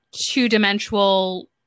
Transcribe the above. two-dimensional